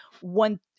one